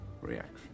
reaction